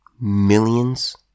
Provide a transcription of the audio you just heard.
millions